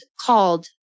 called